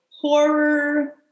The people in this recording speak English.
horror